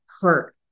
hurt